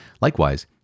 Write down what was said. Likewise